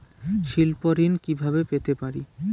স্বল্প ঋণ কিভাবে পেতে পারি?